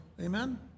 Amen